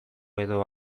edo